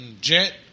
jet